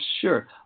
Sure